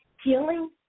healing